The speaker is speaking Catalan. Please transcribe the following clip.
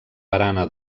barana